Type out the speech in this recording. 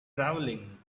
travelling